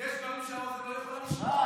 יש דברים שהאוזן לא יכולה לשמוע.